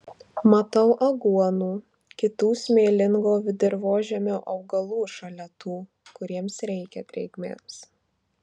matau aguonų kitų smėlingo dirvožemio augalų šalia tų kuriems reikia drėgmės